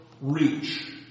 reach